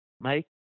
make